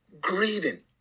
grieving